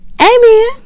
Amy